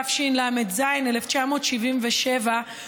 התשל"ז 1977,